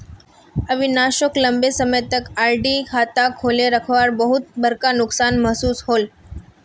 अविनाश सोक लंबे समय तक आर.डी खाता खोले रखवात बहुत बड़का नुकसान महसूस होल